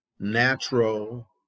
natural